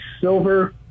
silver